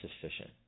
sufficient